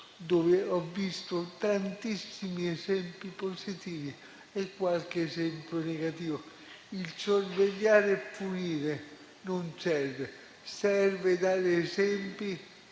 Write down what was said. ho visto tantissimi esempi positivi e qualche esempio negativo. Sorvegliare e punire non serve. È necessario dare esempi